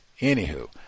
Anywho